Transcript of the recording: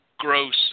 gross